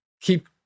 keep